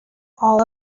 all